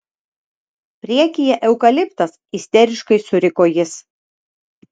priekyje eukaliptas isteriškai suriko jis